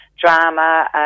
drama